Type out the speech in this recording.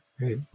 Right